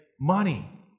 money